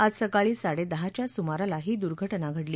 आज सकाळी साडेदहाच्या सुमाराला ही दुर्घटना घडली